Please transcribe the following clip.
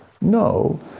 no